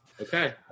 Okay